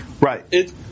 Right